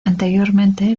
anteriormente